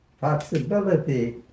possibility